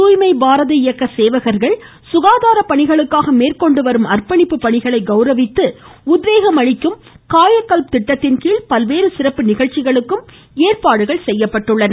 தூய்மை பாரத இயக்க சேவகர்கள் சுகாதார பணிகளுக்காக மேற்கொண்டுவரும் அர்ப்பணிப்பு பணிகளை கௌரவித்து உத்வேகம் அளிக்கும் காயகல்ப் திட்டத்தின்கீழ் பல்வேறு சிறப்பு நிகழ்ச்சிகளுக்கு ஏற்பாடுகள் செய்யப்பட்டுள்ளன